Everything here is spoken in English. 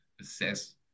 assess